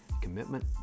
commitment